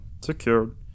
secured